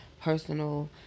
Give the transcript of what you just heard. personal